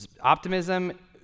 Optimism